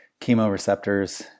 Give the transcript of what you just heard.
chemoreceptors